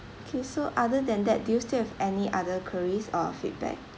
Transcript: okay so other than that do you still have any other queries or feedback